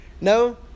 No